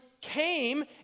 came